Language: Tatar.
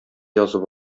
язып